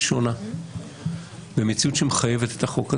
שונה והיא מציאות שמחייבת את החוק הזה.